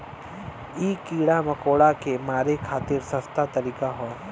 इ कीड़ा मकोड़ा के मारे खातिर सस्ता तरीका हौ